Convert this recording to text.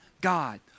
God